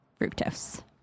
fructose